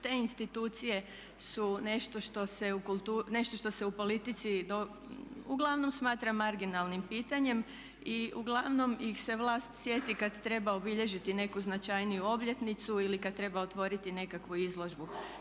Te institucije su nešto što se u politici uglavnom smatra marginalnim pitanjem i uglavnom ih se vlast sjeti kada treba obilježiti neku značajniju obljetnicu ili kada treba otvoriti nekakvu izložbu.